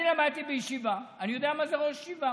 אני למדתי בישיבה ואני יודע מה זה ראש ישיבה.